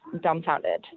dumbfounded